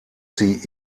sie